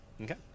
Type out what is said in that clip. Okay